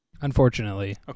Unfortunately